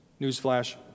Newsflash